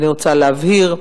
ואני רוצה להבהיר: